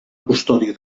custòdia